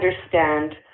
understand